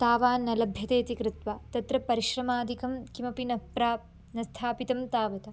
तावान्न लभ्यते इति कृत्वा तत्र परिश्रमादिकं किमपि न प्राप्तं न स्थापितं तावता